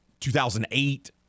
2008